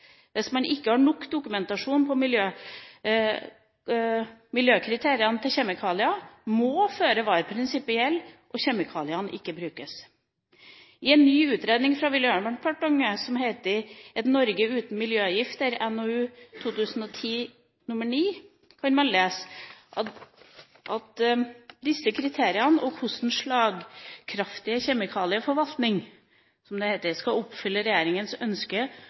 Hvis man ikke har nok dokumentasjon til å miljøkarakterisere kjemikaliene, må føre-var-prinsippet gjelde – og kjemikaliene ikke brukes. I en ny utredning fra Miljødepartementet som heter «Et Norge uten miljøgifter», NOU 2010:9, kan det meldes om disse kriteriene og hvordan «en mer slagkraftig kjemikalieforvaltning» – som det heter – skal oppfylle